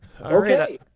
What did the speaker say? okay